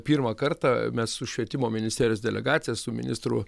pirmą kartą mes su švietimo ministerijos delegacija su ministru